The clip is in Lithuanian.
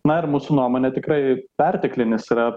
na ir mūsų nuomone tikrai perteklinis yra